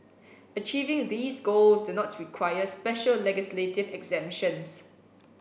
achieving these goals do not require special legislative exemptions